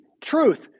truth